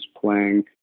playing